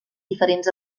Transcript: diferents